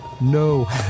No